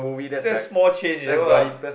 that's small change eh !wah!